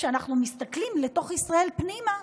כשאנחנו מסתכלים לתוך ישראל פנימה,